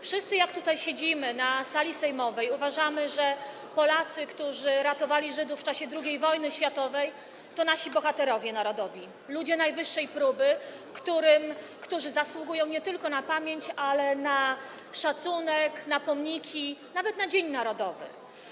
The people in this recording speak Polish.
Wszyscy, którzy siedzimy tutaj, na sali sejmowej, uważamy, że Polacy, którzy ratowali Żydów w czasie II wojny światowej, to nasi bohaterowie narodowi, ludzie najwyższej próby, którzy zasługują nie tylko na pamięć, ale też na szacunek, na pomniki, a nawet na dzień narodowy.